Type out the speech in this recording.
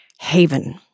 haven